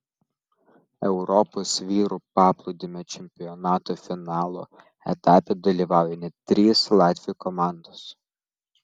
europos vyrų paplūdimio čempionato finalo etape dalyvauja net trys latvių komandos